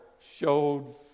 showed